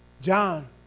John